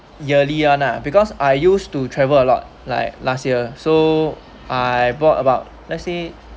yearly [one] lah because I used to travel a lot like last year so I bought about let's say